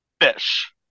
Fish